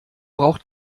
braucht